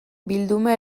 bilduma